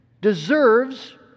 deserves